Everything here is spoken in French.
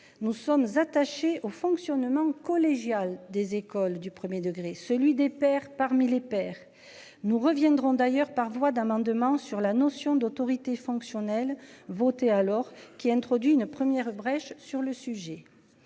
Nous sommes attachés au fonctionnement collégial des écoles du 1er degré, celui des pères parmi les pères. Nous reviendrons d'ailleurs par voie d'amendement sur la notion d'autorité fonctionnelle voter alors qu'il introduit une première brèche sur le sujet.